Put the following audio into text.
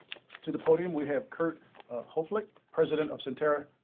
to the podium, we have kirk koflick, president of sentara